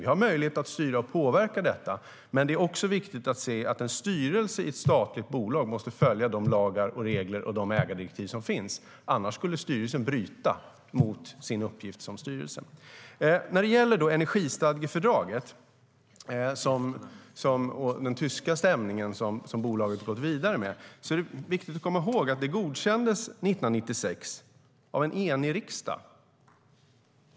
Vi har möjlighet att styra och påverka detta. Men det är också viktigt att se att en styrelse i ett statligt bolag måste följa de lagar, regler och ägardirektiv som finns, annars skulle styrelsen bryta mot sin uppgift som styrelse. När det gäller energistadgefördraget och den tyska stämningen som bolaget gått vidare med är det viktigt att komma ihåg att fördraget godkändes 1996 av en enig riksdag.